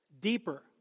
deeper